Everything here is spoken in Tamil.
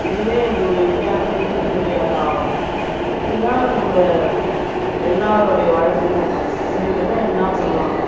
இதுவே ஒரு விளையாட்டு சிறந்த விளையாட்டாகும் இதான் நம்ப எல்லாரோடைய வழக்கமும் இந்த மேரி தான் எல்லாம் பண்ணுவாங்க